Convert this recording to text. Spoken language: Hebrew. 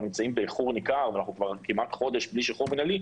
נמצאים באיחור ניכר ואנחנו כבר כמעט חודש בלי שחרור מינהלי,